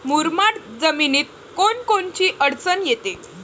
मुरमाड जमीनीत कोनकोनची अडचन येते?